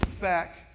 back